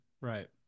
right